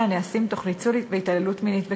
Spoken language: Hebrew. הנעשים תוך ניצול והתעללות מינית בקטינים.